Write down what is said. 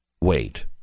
Wait